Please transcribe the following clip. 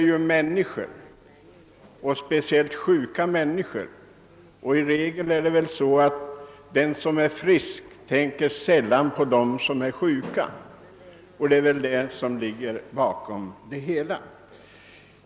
I regel är det nog så att den som är frisk sällan tänker på dem som är sjuka, och det är väl detta som ligger bakom det hela.